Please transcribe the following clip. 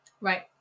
right